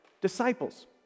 disciples